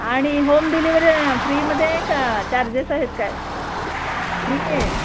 आणि home delivery फ्रीमध्ये आहे का चार्जेस आहेत काय फ्री आहे